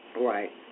Right